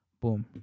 Boom